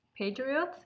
Patriots